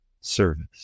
service